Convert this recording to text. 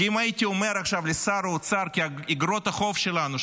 כי אם הייתי אומר עכשיו לשר אוצר כי איגרות החוב שלנו,